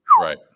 Right